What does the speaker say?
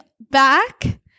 back